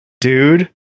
dude